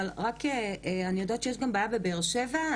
אבל אני יודעת שיש בעיה גם בבאר שבע,